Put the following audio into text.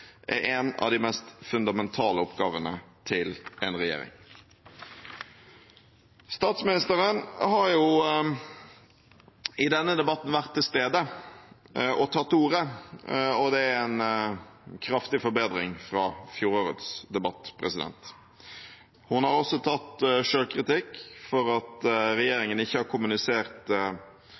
er en av de mest fundamentale oppgavene til en regjering. Statsministeren har i denne debatten vært til stede og tatt ordet, og det er en kraftig forbedring fra fjorårets debatt. Hun har også tatt selvkritikk for at regjeringen ikke har kommunisert